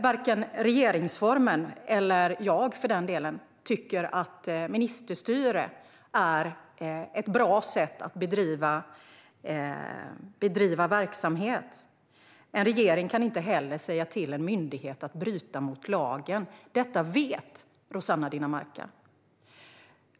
Varken regeringsformen eller jag, för den delen, tycker att ministerstyre är ett bra sätt att bedriva verksamhet på. En regering kan inte heller säga till en myndighet att bryta mot lagen. Detta vet Rossana Dinamarca.